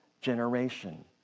generation